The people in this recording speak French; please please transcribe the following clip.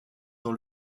dans